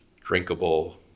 drinkable